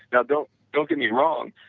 now, don't don't get me wrong.